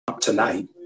tonight